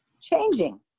changing